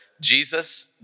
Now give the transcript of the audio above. Jesus